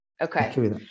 okay